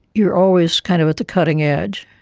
you are always kind of at the cutting edge,